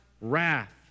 wrath